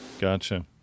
Gotcha